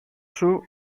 σου